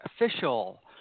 official